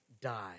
die